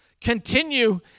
Continue